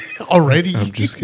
already